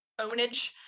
ownage